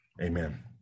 Amen